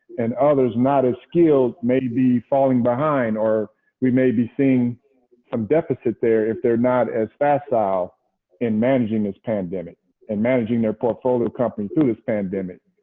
and others not as skilled may be falling behind. or we may be seeing some deficits there if they're not as facile in managing this pandemic and managing their portfolio companies through this pandemic.